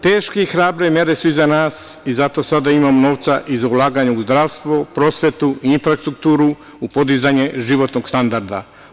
Teške u hrabre mere su iza nas i zato sada imamo novca i za ulaganje u zdravstvo, prosvetu, infrastrukturu u podizanju životnog standarda.